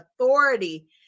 authority